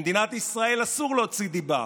במדינת ישראל אסור להוציא דיבה,